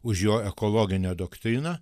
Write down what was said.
už jo ekologinę doktriną